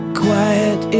quiet